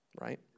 Right